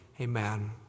Amen